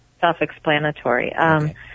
self-explanatory